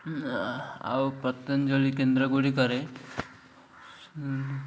ଆଉ ପତଞ୍ଜଳି କେନ୍ଦ୍ରଗୁଡ଼ିକରେ